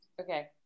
Okay